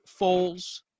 Foles